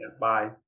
Bye